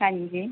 ਹਾਂਜੀ